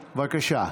בבקשה.